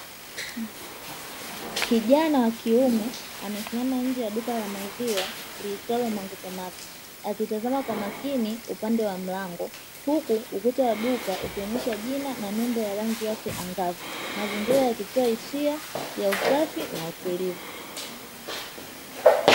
Kijana wa kiume amesimama nje ya duka la maziwa liitwalo "mango mato" huku ukuta wa duka ukionyesha jina na nembo ya rangi yake angavu. Mazingira yakizua hisia ya usafi na utulivu.